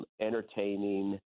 entertaining